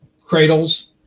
cradles